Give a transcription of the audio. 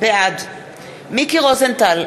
בעד מיקי רוזנטל,